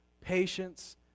patience